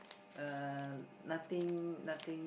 uh nothing nothing